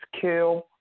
kill